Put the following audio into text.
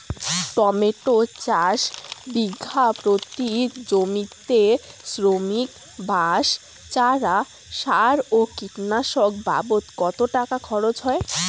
Tomato চাষে বিঘা প্রতি জমিতে শ্রমিক, বাঁশ, চারা, সার ও কীটনাশক বাবদ কত টাকা খরচ হয়?